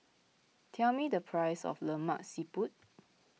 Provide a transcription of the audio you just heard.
tell me the price of Lemak Siput